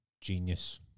Genius